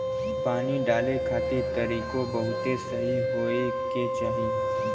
पानी डाले खातिर तरीकों बहुते सही होए के चाही